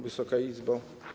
Wysoka Izbo!